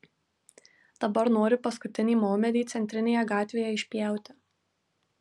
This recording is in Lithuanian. dabar nori paskutinį maumedį centrinėje gatvėje išpjauti